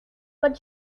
but